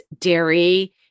dairy